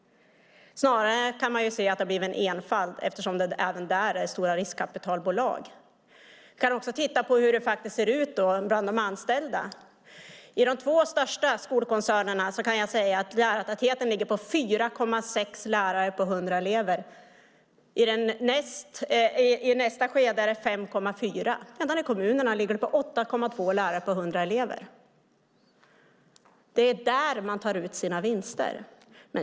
Man kan snarare se en enfald eftersom det även där handlar om stora riskkapitalbolag. Vi kan titta på hur det ser ut bland de anställda. I de två största skolkoncernerna ligger lärartätheten på 4,6 lärare på 100 elever. På nästa nivå är det 5,4. I kommunerna har man 8,2 lärare på 100 elever. Det är där man tar ut sina vinster.